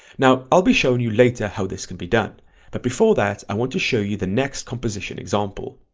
now i'll be showing you later how this can be done but before that i want to show you the next composition example.